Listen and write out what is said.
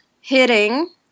hitting